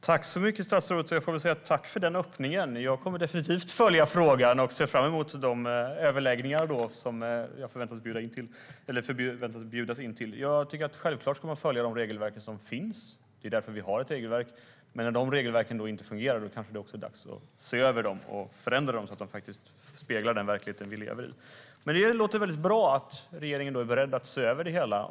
Fru talman! Tack, statsrådet, för den öppningen! Jag kommer definitivt att följa frågan och ser fram emot de överläggningar som jag väntas bli inbjuden till. Självklart ska vi följa de regelverk som finns. Det är därför vi har regelverk. Men när de regelverken inte fungerar är det kanske dags att se över dem och förändra dem, så att de speglar den verklighet vi lever i. Det låter väldigt bra att regeringen är beredd att se över det hela.